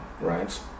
right